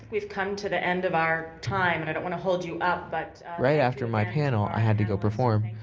we've come to the end of our time. i don't want to hold you up, but right after my panel, i had to go perform.